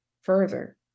further